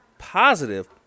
Positive